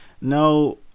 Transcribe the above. Now